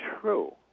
true